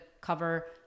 cover